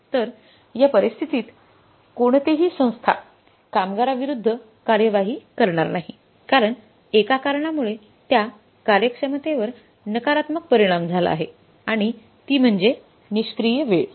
तर या परिस्थितीत कोणतेही संस्था कामगारांविरुद्ध कार्यवाही करणार नाही कारण एका कारणामुळे त्या कार्यक्षमतेवर नकारात्मक परिणाम झाला आहे आणि ती म्हणजे निष्क्रिय वेळ